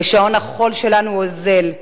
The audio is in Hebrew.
ושעון החול שלנו אוזל.